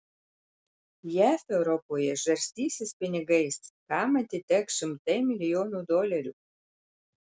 jav europoje žarstysis pinigais kam atiteks šimtai milijonų dolerių